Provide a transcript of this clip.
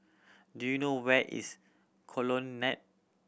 do you know where is Colonnade